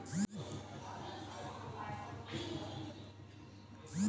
Molybdenum অভাবজনিত রোগের লক্ষণ কি কি?